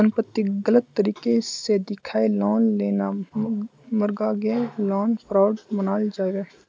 संपत्तिक गलत तरीके से दखाएँ लोन लेना मर्गागे लोन फ्रॉड मनाल जाबे